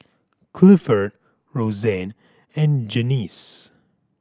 Clifford Rosanne and Janyce